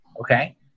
Okay